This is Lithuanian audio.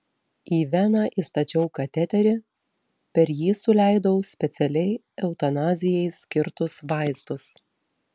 į veną įstačiau kateterį per jį suleidau specialiai eutanazijai skirtus vaistus